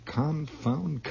confound